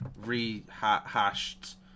rehashed